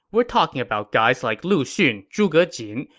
we're talking about guys like lu xun, zhuge jin,